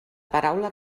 paraula